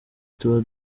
tuba